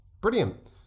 Brilliant